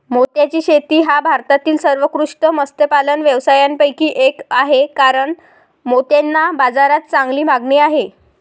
मोत्याची शेती हा भारतातील सर्वोत्कृष्ट मत्स्यपालन व्यवसायांपैकी एक आहे कारण मोत्यांना बाजारात चांगली मागणी आहे